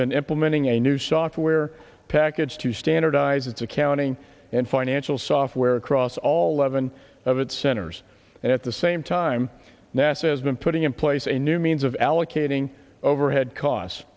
been implementing a new software package to standardize its accounting and financial software across all eleven of its centers and at the same time nasa has been putting in place a new means of allocating overhead costs